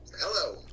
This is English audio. hello